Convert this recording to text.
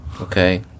Okay